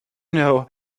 know